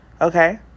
Okay